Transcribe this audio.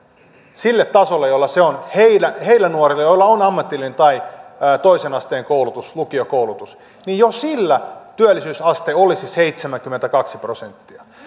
sille tasolle jolla se on näillä nuorilla joilla on ammatillinen tai toisen asteen koulutus lukiokoulutus niin jo sillä työllisyysaste olisi seitsemänkymmentäkaksi prosenttia